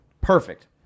perfect